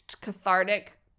cathartic